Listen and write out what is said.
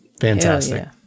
Fantastic